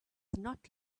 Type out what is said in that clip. not